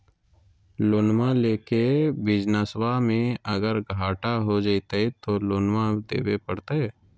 लोनमा लेके बिजनसबा मे अगर घाटा हो जयते तो लोनमा देवे परते?